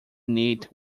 knit